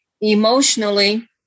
Emotionally